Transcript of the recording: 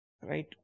right